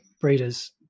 Breeders